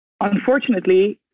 unfortunately